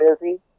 busy